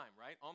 right